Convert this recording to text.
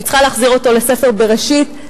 אני צריכה להחזיר אותו לספר בראשית,